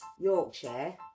Yorkshire